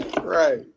Right